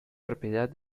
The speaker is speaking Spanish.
propiedad